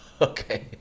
Okay